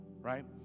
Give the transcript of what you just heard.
right